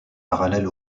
parallèles